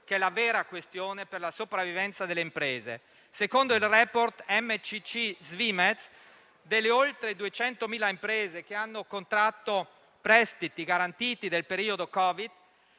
che è la vera questione per la sopravvivenza delle imprese. Secondo il *report* Svimez-MCC delle oltre 200.000 imprese che hanno contratto prestiti garantiti nel periodo Covid,